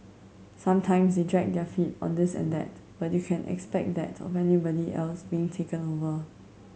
sometimes they dragged their feet on this and that but you can expect that of anybody else being taken over